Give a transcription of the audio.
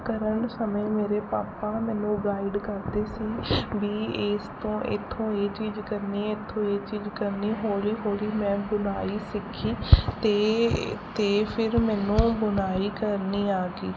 ਕਰਨ ਸਮੇਂ ਮੇਰੇ ਪਾਪਾ ਮੈਨੂੰ ਗਾਈਡ ਕਰਦੇ ਸੀ ਵੀ ਇਸ ਤੋਂ ਇੱਥੋਂ ਇਹ ਚੀਜ਼ ਕਰਨੀ ਇੱਥੋਂ ਇਹ ਚੀਜ਼ ਕਰਨੀ ਹੌਲੀ ਹੌਲੀ ਮੈਂ ਬੁਣਾਈ ਸਿੱਖੀ ਅਤੇ ਅਤੇ ਫਿਰ ਮੈਨੂੰ ਬੁਣਾਈ ਕਰਨੀ ਆ ਗਈ